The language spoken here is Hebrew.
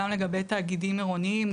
גם לגבי תאגידים עירוניים,